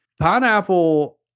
Pineapple